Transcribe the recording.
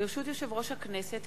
ברשות יושב-ראש הכנסת,